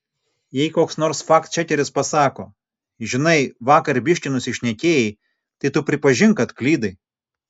jei koks nors faktčekeris pasako žinai vakar biškį nusišnekėjai tai tu pripažink kad klydai